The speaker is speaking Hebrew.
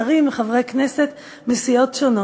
שרים וחברי כנסת מסיעות שונות.